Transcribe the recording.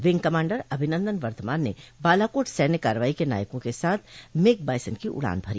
wing commander Abhinandan Varthaman ने बालाकोट सैन्य कार्रवाई के नायकों के साथ मिग बाइसन की उड़ान भरी